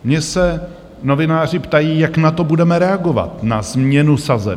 Mě se novináři ptají, jak na to budeme reagovat, na změnu sazeb.